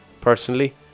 Personally